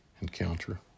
encounter